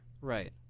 Right